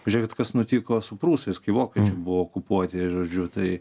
žiūrėkit kas nutiko su prūsais kai vokiečiai buvo okupuoti žodžiu tai